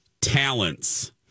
talents